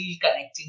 connecting